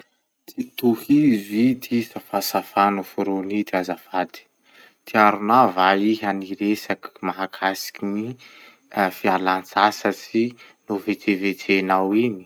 Tohizo ity safasafa noforony ity azafady: "tiaronao va iha niresaky mahakasiky gny fialantsasatry nivetsevetsenao iny